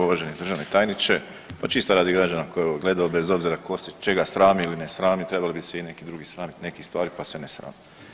Uvaženi državni tajniče, pa čisto radi građana koji ovo gledaju bez obzira tko se čega srami ili ne srami trebali bi se i neki drugi sramiti nekih stvari pa se ne srame.